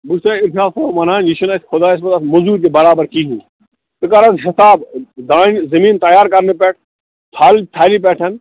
بہٕ چھُسے اِرشاد صٲب وَنان یہِ چھُنہٕ اَسہِ خۄدایَس پتھ اَتھ موٚزوٗرۍ تہِ برابر کِہیٖنۍ ژٕ کَر حظ حِساب دانہِ زٔمیٖن تَیار کَرنہٕ پٮ۪ٹھ تھل تھلہِ پٮ۪ٹھ